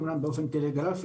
אומנם באופן טלגרפי,